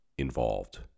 involved